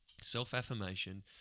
self-affirmation